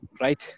right